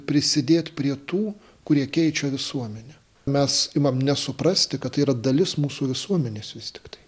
prisidėt prie tų kurie keičia visuomenę mes imam nesuprasti kad tai yra dalis mūsų visuomenės vis tiktai